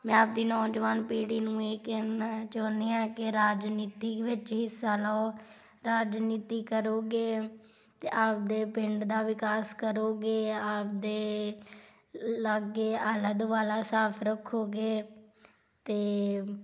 ਮੈਂ ਆਪਦੀ ਨੌਜਵਾਨ ਪੀੜ੍ਹੀ ਨੂੰ ਇਹ ਕਹਿਣਾ ਚਾਹੁੰਦੀ ਆ ਕਿ ਰਾਜਨੀਤੀ ਵਿੱਚ ਹਿੱਸਾ ਲਓ ਰਾਜਨੀਤੀ ਕਰੋਗੇ ਤਾਂ ਆਪਦੇ ਪਿੰਡ ਦਾ ਵਿਕਾਸ ਕਰੋਗੇ ਆਪਦੇ ਲਾਗੇ ਆਲਾ ਦੁਆਲਾ ਸਾਫ਼ ਰੱਖੋਗੇ ਅਤੇ